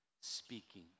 speaking